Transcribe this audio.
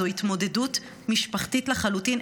זו התמודדות משפחתית לחלוטין.